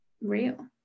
real